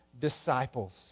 disciples